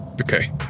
Okay